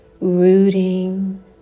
rooting